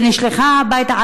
ונשלחה הביתה.